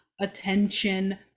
attention